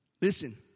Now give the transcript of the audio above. Listen